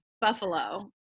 Buffalo